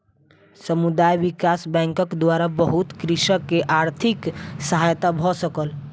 समुदाय विकास बैंकक द्वारा बहुत कृषक के आर्थिक सहायता भ सकल